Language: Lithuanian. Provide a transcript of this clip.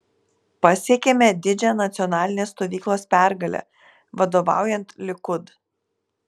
pasiekėme didžią nacionalinės stovyklos pergalę vadovaujant likud